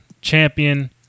champion